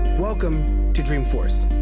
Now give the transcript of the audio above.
welcome to dreamforce.